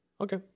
Okay